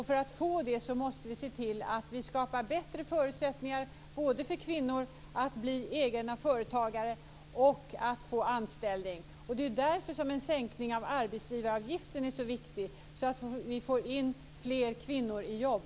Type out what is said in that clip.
För att få det måste vi se till att vi skapar bättre förutsättningar för kvinnor att bli egenföretagare och få anställning. Det är därför som en sänkning av arbetsgivaravgiften är så viktig. Så får vi in fler kvinnor i jobb.